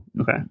Okay